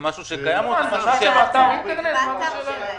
זה מופיע באתר שלהם.